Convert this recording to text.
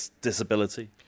disability